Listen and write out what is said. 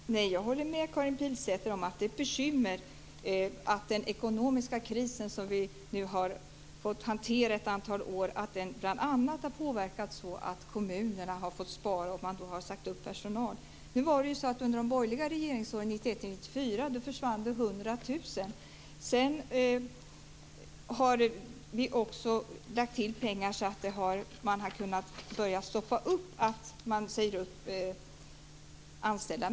Herr talman! Jag håller med Karin Pilsäter om att det är ett bekymmer att den ekonomiska kris som vi har fått hantera ett antal år bl.a. har gjort att kommunerna har fått spara och säga upp personal. Nu var det så att under de borgerliga regeringsåren 1991-1994 försvann 100 000 arbetstillfällen. Sedan har vi lagt till pengar så att man har kunnat börja stoppa uppsägningarna av anställda.